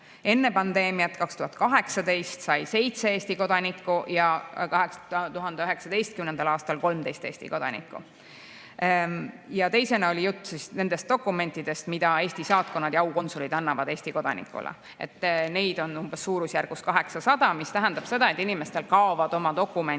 Enne pandeemiat, 2018 sai selle seitse Eesti kodanikku ja 2019. aastal 13 Eesti kodanikku. Teisena oli juttu nendest dokumentidest, mida Eesti saatkonnad ja aukonsulid annavad Eesti kodanikele. Neid on suurusjärgus 800. See tähendab seda, et inimestel kaovad dokumendid